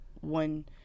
one